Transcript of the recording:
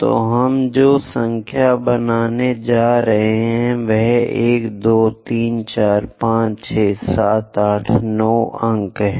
तो हम जो संख्या बनाने जा रहे हैं वह 1 2 3 4 5 6 7 8 9 अंक है